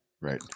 Right